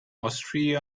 austria